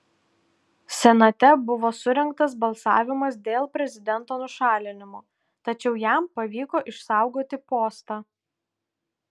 senate buvo surengtas balsavimas dėl prezidento nušalinimo tačiau jam pavyko išsaugoti postą